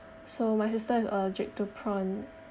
so my sister is allergic to prawn